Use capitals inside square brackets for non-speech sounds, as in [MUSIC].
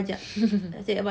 [LAUGHS]